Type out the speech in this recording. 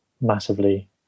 massively